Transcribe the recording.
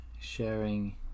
sharing